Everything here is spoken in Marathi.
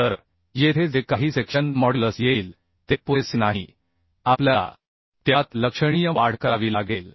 तर येथे जे काही सेक्शन मॉड्युलस येईल ते पुरेसे नाही आपल्याला त्यात लक्षणीय वाढ करावी लागेल